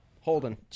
Holden